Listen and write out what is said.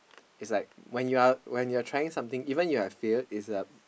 is like when you are when you are trying something even you are fail is a is like a